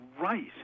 right